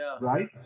Right